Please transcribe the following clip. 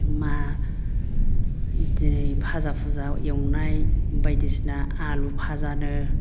मा दिनै फाजा फुजा एवनाय बायदिसिना आलु फाजानो